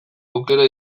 aukera